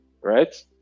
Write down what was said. right